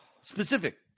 Specific